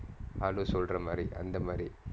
ஆலோ சொல்ற மாரி அந்த மாரி:aalo solra maari antha maari